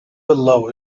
below